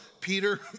Peter